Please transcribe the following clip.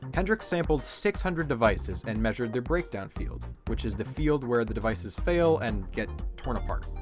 hendrik sampled six hundred devices and measured their breakdown field, which is the field where the devices fail and get torn apart.